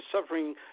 suffering